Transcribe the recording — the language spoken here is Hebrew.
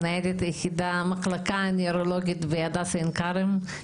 מנהלת המחלקה הנוירולוגית בהדסה עין כרם,